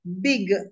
big